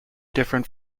different